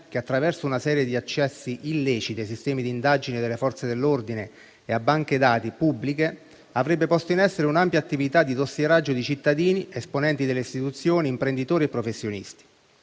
che, attraverso una serie di accessi illeciti ai sistemi d'indagine delle forze dell'ordine e a banche dati pubbliche, avrebbe posto in essere un'ampia attività di dossieraggio di cittadini, esponenti delle istituzioni, imprenditori e professionisti;